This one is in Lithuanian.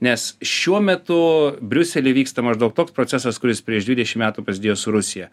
nes šiuo metu briusely vyksta maždaug toks procesas kuris prieš dvidešim metų prasidėjo su rusija